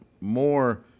more